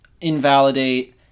invalidate